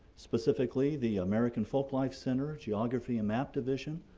specifically the american folklife center, geography and map division,